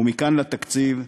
ומכאן לתקציב,